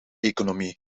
economie